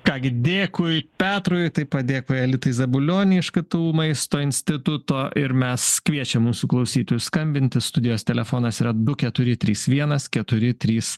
ką gi dėkui petrui tai padėklai elitai zabulionienei iš k t u maisto instituto ir mes kviečiam mūsų klausytojus skambinti studijos telefonas yra du keturi trys vienas keturi trys